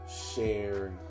share